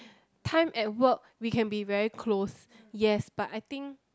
time at work we can be very close yes but I think